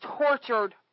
tortured